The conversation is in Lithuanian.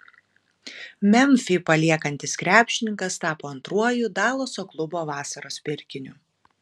memfį paliekantis krepšininkas tapo antruoju dalaso klubo vasaros pirkiniu